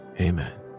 Amen